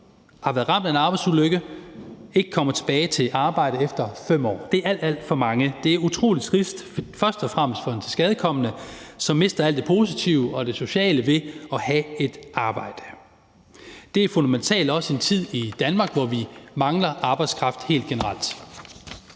har været ramt af en arbejdsulykke, ikke kommer tilbage til arbejdet efter 5 år. Det er alt, alt for mange. Det er utrolig trist, først og fremmest for den tilskadekomne, som mister alt det positive og sociale ved at have et arbejde. Det er fundamentalt i en tid i Danmark, hvor vi mangler arbejdskraft helt generelt.